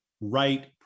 right